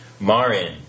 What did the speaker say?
Marin